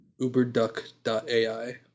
uberduck.ai